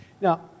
Now